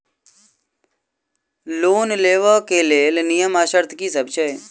Loan लेबऽ कऽ लेल नियम आ शर्त की सब छई?